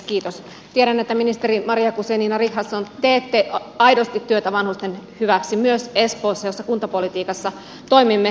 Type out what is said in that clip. tiedän että ministeri maria guzenina richardson teette aidosti työtä vanhusten hyväksi myös espoossa missä kuntapolitiikassa toimimme